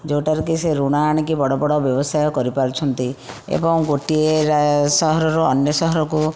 ଯୋଉଟାରୁ କି ସେ ଋଣ ଆଣିକି ବଡ଼ ବଡ଼ ବ୍ୟବସାୟ କରିପାରୁଛନ୍ତି ଏବଂ ଗୋଟିଏ ରା ସହରରୁ ଅନ୍ୟ ସହରକୁ